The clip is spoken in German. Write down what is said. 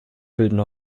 bilden